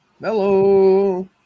Hello